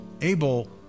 Abel